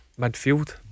midfield